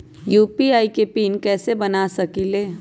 UPI के PIN कैसे बना सकीले?